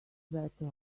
better